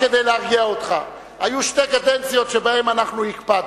רק כדי להרגיע אותך: היו שתי קדנציות שבהן הקפדנו.